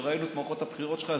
כשראינו את מערכות הבחירות שלך,